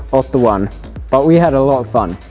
otto won. but we had a lot of fun.